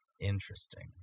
Interesting